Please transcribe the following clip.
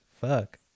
Fuck